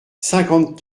cinquante